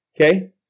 okay